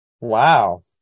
Wow